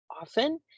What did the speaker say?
often